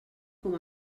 com